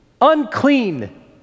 Unclean